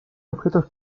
objetos